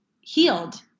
healed